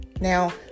Now